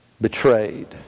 Betrayed